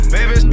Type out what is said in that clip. Baby